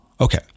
Okay